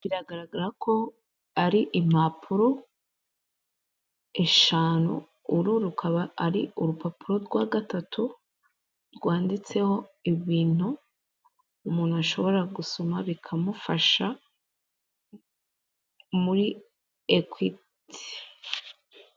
Biragaragara ko ari impapuro eshanu, uru akaba ari urupapuro rwa gatatu rwanditseho ibintu umuntu ashobora gusoma rukamufasha, mwi ekwiti.